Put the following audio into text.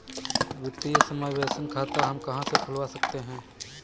वित्तीय समावेशन खाता हम कहां से खुलवा सकते हैं?